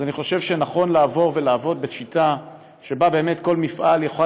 אני חושב שנכון לעבור ולעבוד בשיטה שבה באמת כל מפעל יוכל